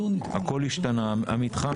הכול השתנה.